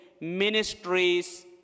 ministries